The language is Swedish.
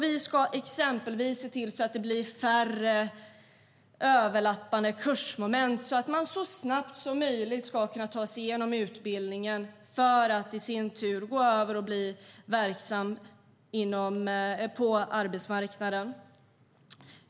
Vi ska exempelvis se till att det blir färre överlappande kursmoment, så att man så snabbt som möjligt ska kunna ta sig igenom utbildningen för att sedan bli verksam på arbetsmarknaden.